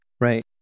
right